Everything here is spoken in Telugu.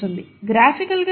గ్రాఫికల్గా దీని అర్థం ఏమిటి